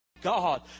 God